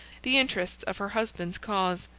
the interests of her husband's cause.